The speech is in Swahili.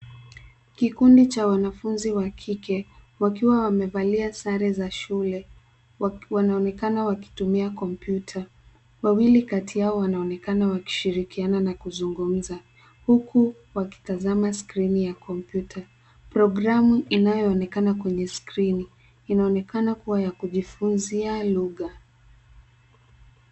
Kikundi cha wanafunzi wa kike wakiwa wamevali sare za shule wanaonekana wakitumia kompyuta wawili kati yao wanaonekana wakishirikiana na kuzungumza huku wakitazama skrini ya kompyuta. Programu inayoonekana kwenye skrini inaonekana kua ya kujifunzia lugha.